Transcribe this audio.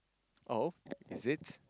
oh is it